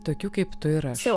tokių kaip tu ir aš